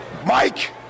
Mike